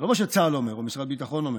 זה לא מה שצה"ל אומר או משרד הביטחון אומר.